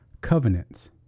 covenants